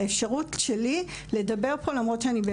האפשרות שלי לדבר פה למרות שאני בעמדת מיעוט.